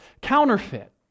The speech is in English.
counterfeit